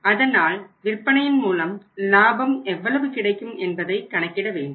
எனவே அதனால் விற்பனையின் மூலம் லாபம் எவ்வளவு கிடைக்கும் என்பதை கணக்கிட வேண்டும்